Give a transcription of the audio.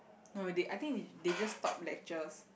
no they I think they just stop lectures